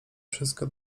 wszystko